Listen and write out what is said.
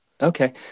Okay